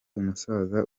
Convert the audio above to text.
umusaza